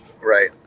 Right